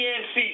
nc